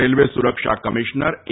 railway સુરક્ષા commissioner એ